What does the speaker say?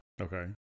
Okay